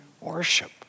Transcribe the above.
worship